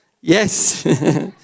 Yes